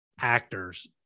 actors